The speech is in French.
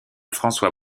françois